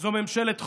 זו ממשלת חולי,